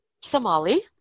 Somali